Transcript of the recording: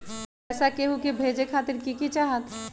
पैसा के हु के भेजे खातीर की की चाहत?